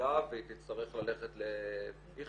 לוועדה והיא תצטרך ללכת לאיכילוב?